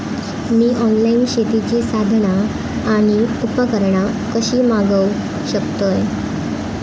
मी online शेतीची साधना आणि उपकरणा कशी मागव शकतय?